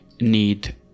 need